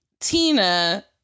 Tina